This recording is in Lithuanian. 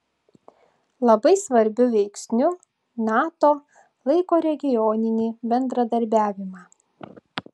labai svarbiu veiksniu nato laiko regioninį bendradarbiavimą